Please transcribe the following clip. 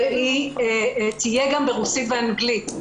היא תהיה גם ברוסית ואנגלית.